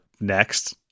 next